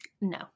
no